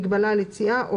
מגבלה על יציאה,